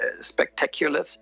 spectacular